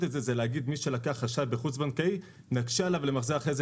את זה זה להגיד מי שלקח אשראי בחוץ בנקאי נקשה עליו למחזר אחרי זה